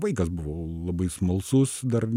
vaikas buvau labai smalsus dar